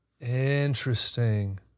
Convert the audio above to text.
interesting